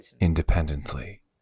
independently